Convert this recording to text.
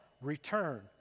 return